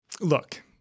look